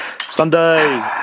Sunday